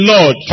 Lord